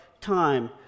time